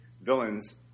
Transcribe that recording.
villains